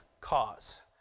cause